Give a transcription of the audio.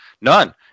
None